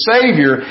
Savior